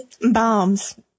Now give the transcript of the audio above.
Bombs